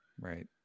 Right